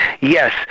Yes